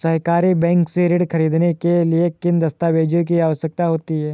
सहरी बैंक से ऋण ख़रीदने के लिए किन दस्तावेजों की आवश्यकता होती है?